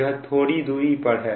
यह थोड़ी दूरी पर है